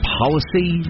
policy